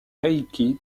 heikki